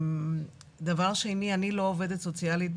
אני במקצועי לא עובדת סוציאלית.